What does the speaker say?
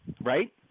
Right